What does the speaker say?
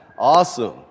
Awesome